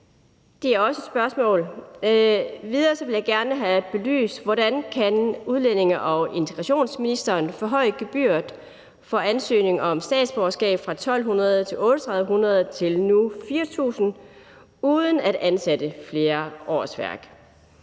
Det er også et spørgsmål. Videre vil jeg gerne have belyst, hvordan udlændinge og -integrationsministeren kan forhøje gebyret for ansøgning om statsborgerskab fra 1.200 kr. til 3.800 kr. til nu 4.000 kr. uden at ansætte flere årsværk.